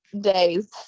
days